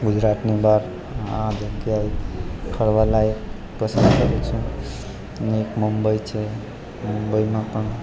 ગુજરાતની બહાર આ જગ્યાએ ફરવાલાયક પસંદ કરું છું ને એક મુંબઈ છે મુંબઈમાં પણ